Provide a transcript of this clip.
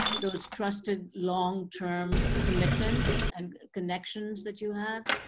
those trusted long-term commitments and connections that you have.